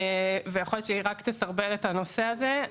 ויכול להיות שהיא רק תסרבל את הנושא הזה,